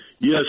Yes